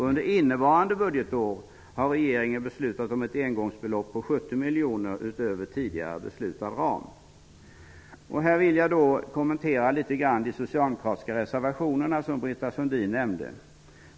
Under innevarande budgetår har regeringen beslutat om ett engångsbelopp på 70 miljoner utöver tidigare beslutad ram. Här vill jag litet kommentera de socialdemokratiska reservationer som Britta Sundin nämnde.